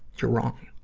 you're wrong.